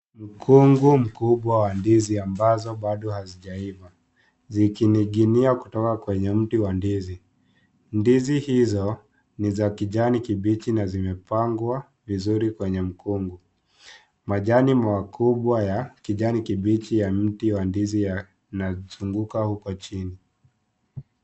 Mkungu mkubwa wa ndizi ambazo bado hazijaiva zikininginia kutoka kwenye mti wa ndizi, ndizi hizo ni za kijani kibichi na zimepangwa vizuri kwenye mkungu. Majani makubwa ya kijani kibichi ya mti ya ndizi yanazunguka huko chini.